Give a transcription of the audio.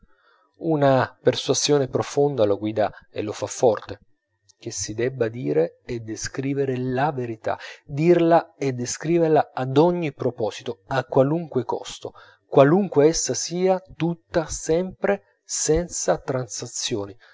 una persuasione profonda lo guida e lo fa forte che si debba dire e descrivere la verità dirla e descriverla ad ogni proposito a qualunque costo qualunque essa sia tutta sempre senza transazioni